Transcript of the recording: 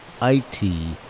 I-T